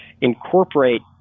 incorporate